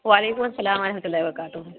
وعلیکم السّلام ورحمتہ اللہ وبرکاتہ